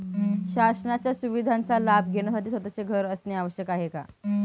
शासनाच्या सुविधांचा लाभ घेण्यासाठी स्वतःचे घर असणे आवश्यक आहे का?